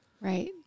Right